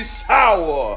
sour